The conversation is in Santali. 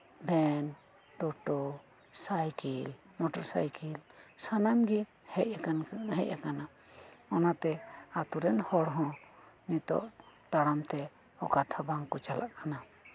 ᱵᱷᱮᱱ ᱴᱳᱴᱳ ᱥᱟᱭᱠᱮᱞ ᱢᱳᱴᱚᱨ ᱥᱟᱭᱠᱮᱞ ᱥᱟᱱᱟᱢᱜᱮ ᱦᱮᱡ ᱟᱠᱟᱱᱟ ᱚᱱᱟᱛᱮ ᱟᱹᱛᱩᱨᱮᱱ ᱦᱚᱲ ᱦᱚᱸ ᱱᱤᱛᱚᱜ ᱛᱟᱲᱟᱢ ᱛᱮ ᱚᱠᱟ ᱛᱮᱦᱚᱸ ᱵᱟᱝ ᱠᱚ ᱪᱟᱞᱟᱜ ᱠᱟᱱᱟ